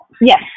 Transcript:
Yes